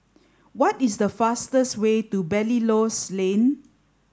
what is the fastest way to Belilios Lane